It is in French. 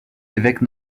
évêque